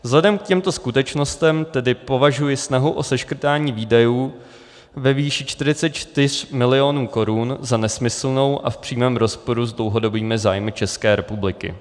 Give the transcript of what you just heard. Vzhledem k těmto skutečnostem tedy považuji snahu o seškrtání výdajů ve výši 44 mil. korun za nesmyslnou a v přímém rozporu s dlouhodobými zájmy České republiky.